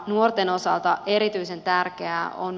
nuorten osalta erityisen tärkeää on